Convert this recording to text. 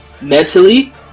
mentally